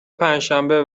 پنجشنبه